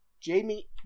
Jamie